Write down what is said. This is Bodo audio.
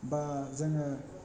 बा जोङो